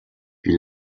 wie